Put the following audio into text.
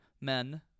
men